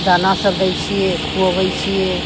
दानासभ दैत छियै खुअबैत छियै